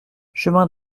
chemin